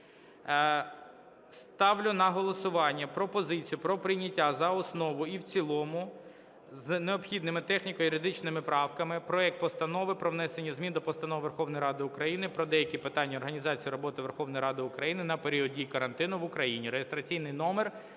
Ставлю на голосування пропозицію про прийняття за основу і в цілому з необхідними техніко-юридичними правками проект Постанови про внесення змін до Постанови Верховної Ради України "Про деякі питання організації роботи Верховної Ради України на період дії карантину в Україні"